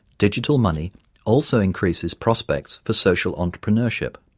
digital money also increases prospects for social entrepreneurship.